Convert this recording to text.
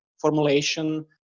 formulation